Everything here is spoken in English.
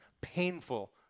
painful